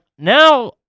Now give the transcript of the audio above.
Now